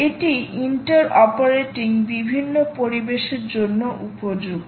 এটি interoperating বিভিন্ন পরিবেশের জন্য উপযুক্ত